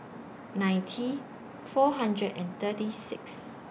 ninety four hundred and thirty six